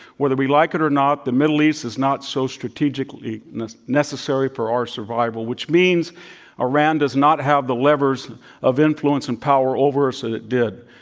whether we like it or not, the middle east is not so strategically necessary for our survival. which means iran does not have the levers of influence and power over us that it did.